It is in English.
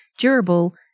durable